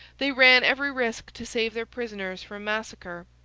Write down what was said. they ran every risk to save their prisoners from massacre.